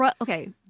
okay